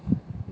ya